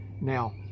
now